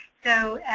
so,